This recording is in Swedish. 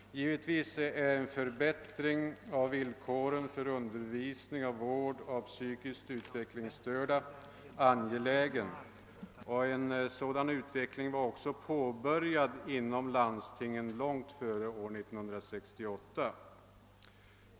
Givetvis är en förbättring av villkoren för undervisning och vård av psykiskt utvecklingsstörda angelägen, och en sådan utveckling var också påbörjad inom landstingen långt före 1968.